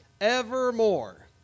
evermore